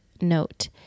note